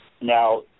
Now